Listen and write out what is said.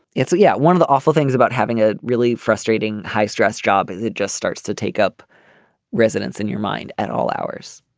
so yeah. one of the awful things about having a really frustrating high stress job is it just starts to take up residence in your mind at all hours.